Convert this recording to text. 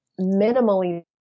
minimally